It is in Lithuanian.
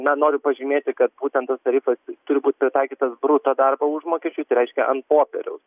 na noriu pažymėti kad būtent tas tarifas turi būt pritaikytas bruto darbo užmokesčiui tai reiškia ant popieriaus